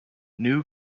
new